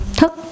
thức